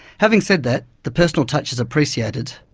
having said that, the personal touch is appreciated,